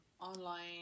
online